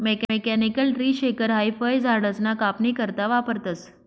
mechanical tree shaker हाई फयझाडसना कापनी करता वापरतंस